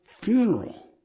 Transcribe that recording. funeral